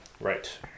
Right